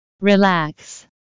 Relax